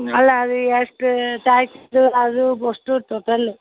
ಅಲ್ಲ ಅದು ಎಷ್ಟು ಚಾರ್ಜ್ ಅದವಷ್ಟು ಟೋಟಲ್